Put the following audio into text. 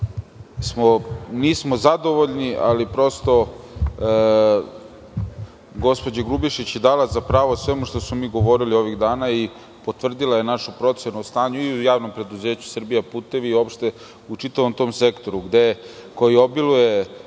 nismo zadovoljni, ali prosto gospođa Grubješić je dala za pravo o svemu što smo govorili ovih dana i potvrdila je našu procenu o stanju i u JP "Srbija putevi" i uopšte u čitavom tom sektoru, koji obiluje